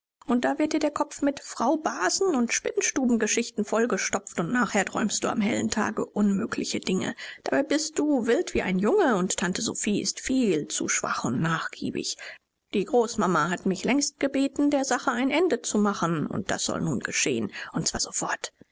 und da wird dir der kopf mit fraubasen und spinnstubengeschichten vollgestopft und nachher träumst du am hellen tage unmögliche dinge dabei bist du wild wie ein junge und tante sophie ist viel zu schwach und nachgiebig die großmama hat mich längst gebeten der sache ein ende zu machen und das soll nun geschehen und zwar sofort